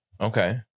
Okay